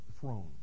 throne